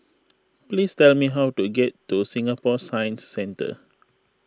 please tell me how to get to Singapore Science Centre